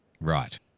Right